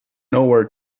nowhere